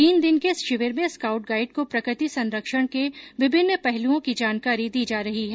तीन दिन के इस शिविर में स्काउड गाइड को प्रकृति संरक्षण के विभिन्न पहलुओं की जानकारी दी जा रही है